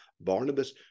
Barnabas